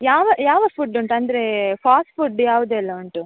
ಯಾವ ಯಾವ ಫುಡ್ ಉಂಟು ಅಂದರೆ ಫಾಸ್ಟ್ ಫುಡ್ ಯಾವುದೆಲ್ಲ ಉಂಟು